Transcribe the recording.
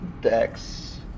dex